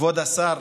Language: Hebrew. כבוד השר,